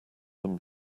them